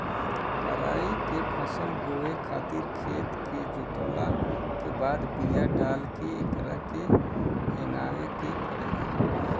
कराई के फसल बोए खातिर खेत के जोतला के बाद बिया डाल के एकरा के हेगावे के पड़ेला